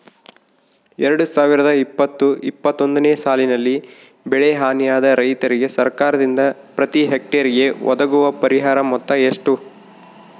ಎರಡು ಸಾವಿರದ ಇಪ್ಪತ್ತು ಇಪ್ಪತ್ತೊಂದನೆ ಸಾಲಿನಲ್ಲಿ ಬೆಳೆ ಹಾನಿಯಾದ ರೈತರಿಗೆ ಸರ್ಕಾರದಿಂದ ಪ್ರತಿ ಹೆಕ್ಟರ್ ಗೆ ಒದಗುವ ಪರಿಹಾರ ಮೊತ್ತ ಎಷ್ಟು?